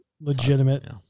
legitimate